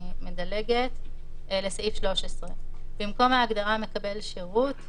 אני מדלגת ועוברת לסעיף 13: במקום ההגדרה "מקבל שירות",